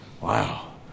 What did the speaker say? Wow